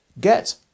Get